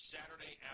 Saturday